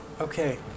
Okay